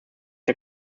der